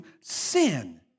sin